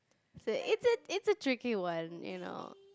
say it's a it's a tricky one you know